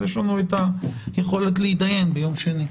אז יש לנו את היכולת להתדיין ביום שני.